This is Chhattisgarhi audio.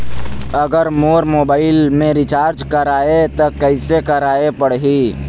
अगर मोर मोबाइल मे रिचार्ज कराए त कैसे कराए पड़ही?